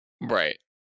Right